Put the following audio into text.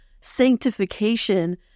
sanctification